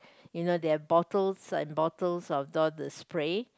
you know they have bottles and bottles of all the spray